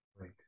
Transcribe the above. Right